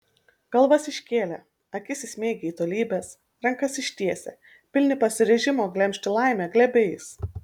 galvas iškėlę akis įsmeigę į tolybes rankas ištiesę pilni pasiryžimo glemžti laimę glėbiais